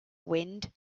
wind